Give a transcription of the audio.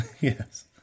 Yes